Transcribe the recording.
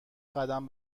قدم